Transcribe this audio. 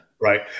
Right